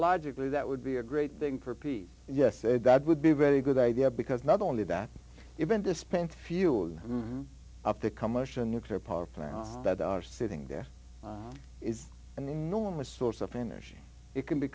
logically that would be a great thing for pete yes that would be very good idea because not only that you've been to spent fuel from up the commotion nuclear power plants that are sitting there is an enormous source of finish it can be